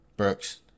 Brooks